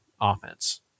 offense